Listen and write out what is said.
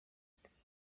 imibereho